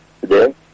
today